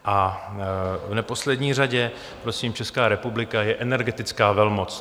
A v neposlední řadě, prosím, Česká republika je energetická velmoc.